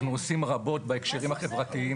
אנחנו עושים רבות בהקשרים החברתיים.